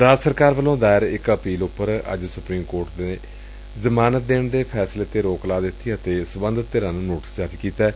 ਰਾਜ ਸਰਕਾਰ ਵੱਲੋ ਦਾਇਰ ਇਕ ਅਪੀਲ ਉਪਰ ਅੱਜ ਸੁਪਰੀਮ ਕੋਰਟ ਦੇ ਜ਼ਮਾਨਤ ਦੇਣ ਦੇ ਫੈਸਲੇ ਤੇ ਰੋਕ ਲਾ ਦਿੱਤੀ ਏ ਅਤੇ ਸਬੰਧਤ ਧਿਰਾਂ ਨੰ ਨੋਟਿਸ ਜਾਰੀ ਕੀਤੈ